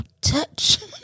touch